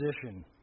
position